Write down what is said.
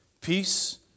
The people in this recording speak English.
Peace